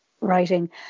writing